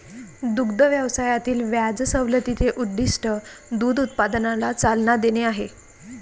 दुग्ध व्यवसायातील व्याज सवलतीचे उद्दीष्ट दूध उत्पादनाला चालना देणे आहे